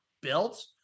built